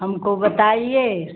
हमको बताइए